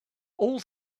all